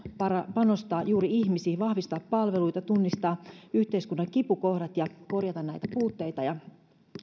panostaa juuri ihmisiin vahvistaa palveluita tunnistaa yhteiskunnan kipukohdat ja korjata näitä puutteita